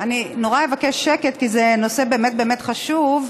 אני נורא אבקש שקט, כי זה נושא באמת באמת חשוב,